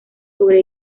sobre